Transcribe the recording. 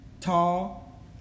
tall